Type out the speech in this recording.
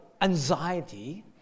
anxiety